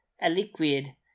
aliquid